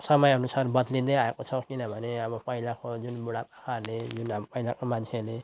समयअनुसार बदलिँदै आएको छ किनभने अब पहिलाको जुन बुढापाकाहरूले जुन पहिलाको मान्छेहरूले